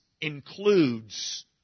includes